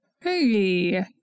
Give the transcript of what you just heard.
Hey